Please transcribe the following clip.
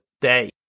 day